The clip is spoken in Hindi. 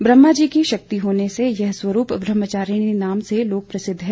ब्रह्मा जी की शक्ति होने से यह स्वरूप ब्रह्मचारिणी नाम से लोक प्रसिद्ध है